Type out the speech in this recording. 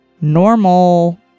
normal